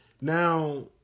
Now